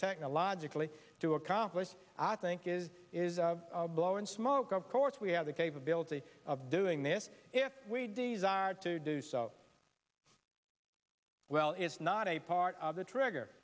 technologically to accomplish i think is is blowing smoke of course we have the capability of doing this if we desire to do so well it's not a part of the trigger